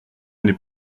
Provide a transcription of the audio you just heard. n’est